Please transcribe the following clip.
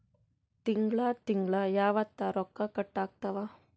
ತಿಂಗಳ ತಿಂಗ್ಳ ಯಾವತ್ತ ರೊಕ್ಕ ಕಟ್ ಆಗ್ತಾವ?